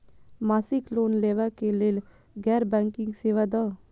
मासिक लोन लैवा कै लैल गैर बैंकिंग सेवा द?